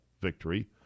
victory